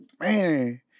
man